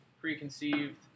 preconceived